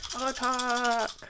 Attack